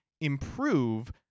improve